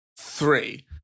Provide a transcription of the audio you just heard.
three